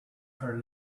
her